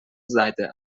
seite